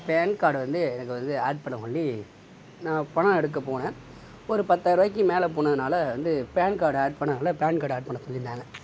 pan கார்டை வந்து எனக்கு வந்து ஆட் பண்ணச் சொல்லி நான் பணம் எடுக்கப் போனேன் ஒரு பத்தாயரூபாய்க்கு மேலே போனதினால வந்து பேன் கார்டு ஆட் பண்ணவே இல்லை பேன் கார்டு ஆட் பண்ணச் சொல்லியிருந்தாங்க